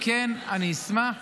אם כן, אני אשמח,